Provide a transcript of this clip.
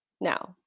Now